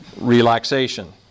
relaxation